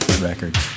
Records